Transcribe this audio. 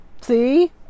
See